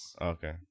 Okay